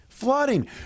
flooding